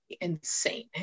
insane